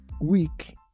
week